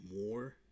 more